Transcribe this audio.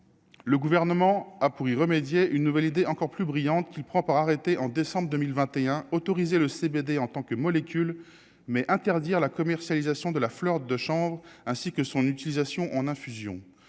le gouvernement a pour y remédier, une nouvelle idée encore plus brillante qui prend, arrêté en décembre 2021 autorisé le CBD en tant que molécules mais interdire la commercialisation de la fleur de chambre, ainsi que son utilisation en infusion